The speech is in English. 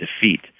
defeat